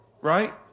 right